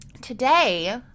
today